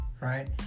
Right